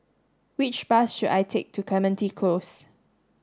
which bus should I take to Clementi Close